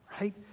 Right